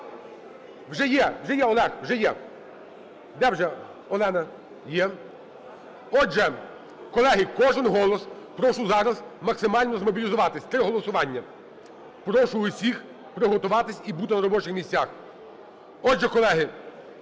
Вже є, Олег! Вже є! Де вже Олена… Є. Отже, колеги, кожен голос, прошу зараз максимально змобілізуватись, три голосування. Прошу всіх приготуватись і бути на робочих місцях. Отже, колеги,